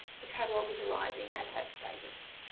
the catalogue is arriving at that status.